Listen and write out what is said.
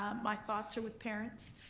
my thoughts are with parents,